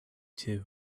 too